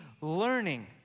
learning